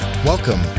Welcome